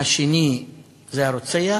השני זה הרוצח,